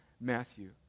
Matthew